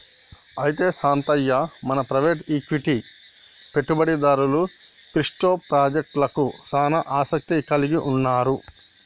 అయితే శాంతయ్య మన private equity పెట్టుబడిదారులు క్రిప్టో పాజెక్టలకు సానా ఆసత్తి కలిగి ఉన్నారు